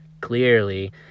clearly